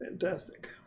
Fantastic